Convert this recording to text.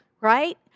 right